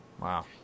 Wow